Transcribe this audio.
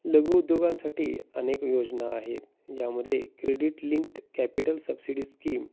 लघुउद्योगांसाठी अनेक योजना आहेत यामध्ये credit linked capital subsidy scheme